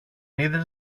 είδες